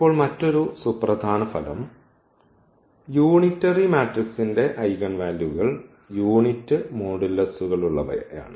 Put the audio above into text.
ഇപ്പോൾ മറ്റൊരു സുപ്രധാന ഫലം യൂണിറ്ററി മാട്രിക്സിന്റെ ഐഗൻ വാല്യൂകൾ യൂണിറ്റ് മോഡുലസു കളുള്ളവയാണ്